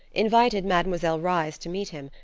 invited mademoiselle reisz to meet him,